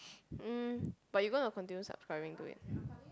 um but you gonna continue subscribing to it